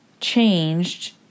changed